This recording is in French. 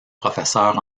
professeurs